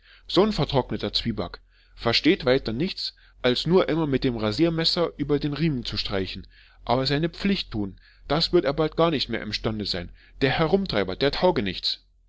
so'n vertrockneter zwieback versteht weiter nichts als nur immer mit dem rasiermesser über den riemen zu streichen aber seine pflicht tun das wird er bald gar nicht mehr imstande sein der herumtreiber der taugenichts